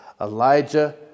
Elijah